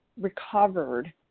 recovered